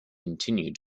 continue